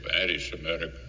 anti-Semitic